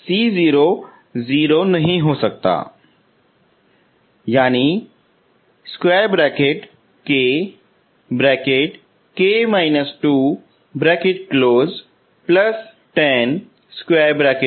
तो c0 0 मतलब नहीं हो सकता